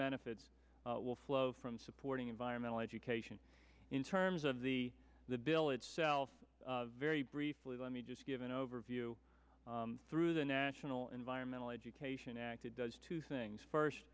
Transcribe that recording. benefits will flow from supporting environmental education in terms of the the bill itself very briefly let me just give an overview through the national environmental education act it does two things first